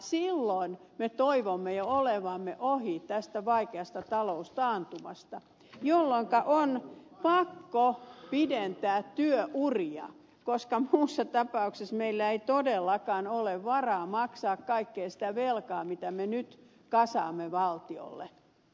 silloin me toivomme jo olevamme ohi tästä vaikeasta taloustaantumasta jolloinka on pakko pidentää työuria koska muussa tapauksessa meillä ei todellakaan ole varaa maksaa kaikkea sitä velkaa mitä me nyt kasaamme valtiolle